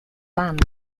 land